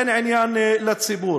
אין עניין לציבור.